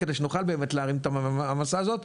כדי שנוכל באמת להרים את המעמסה הזאת.